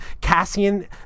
Cassian